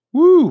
Woo